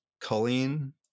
Colleen